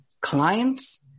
clients